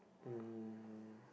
um